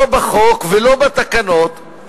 לא בחוק ולא בתקנות,